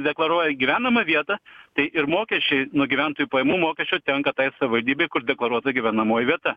deklaruoja gyvenamą vietą tai ir mokesčiai nuo gyventojų pajamų mokesčio tenka tai savivaldybei kur deklaruota gyvenamoji vieta